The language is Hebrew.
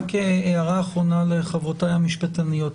רק הערה אחרונה לחברותיי המשפטניות.